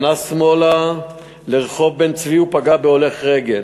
פנה שמאלה לרחוב בן-צבי ופגע בהולך רגל,